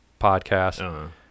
podcast